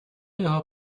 його